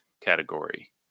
category